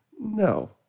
No